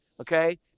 okay